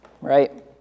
right